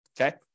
Okay